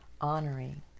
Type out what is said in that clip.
honoring